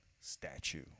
statue